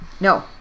No